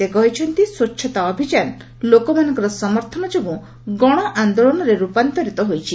ସେ କହିଛନ୍ତି ସ୍ୱଚ୍ଛତା ଅଭିଯାନ ଲୋକମାନଙ୍କ ସମର୍ଥନ ଯୋଗୁଁ ଗଣଆନ୍ଦୋଳନରେ ରୂପାନ୍ତରିତ ହୋଇଛି